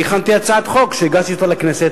אני הכנתי הצעת חוק והגשתי אותה לכנסת,